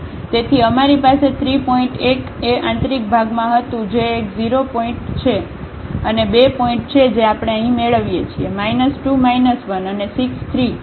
તેથી અમારી પાસે 3 પોઇન્ટ 1 એ આંતરિક ભાગમાં હતું જે એક 0 0 પોઇન્ટ છે અને 2 પોઇન્ટ જે આપણે અહીં મેળવીએ છીએ 2 1 અને 6 3